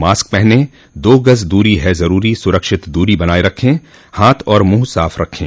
mask पहनें दो गज़ दूरी है ज़रूरी सुरक्षित दूरी बनाए रखें हाथ और मुंह साफ़ रखें